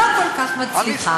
ולא כל כך מצליחה.